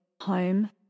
home